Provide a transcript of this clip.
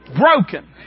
broken